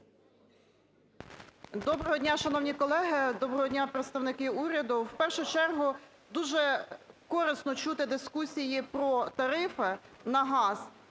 Доброго дня, шановні колеги! Доброго дня, представники уряду! В першу чергу, дуже корисно чути дискусії про тарифи на газ.